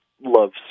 loves